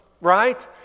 right